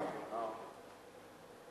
חוק משק